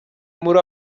muri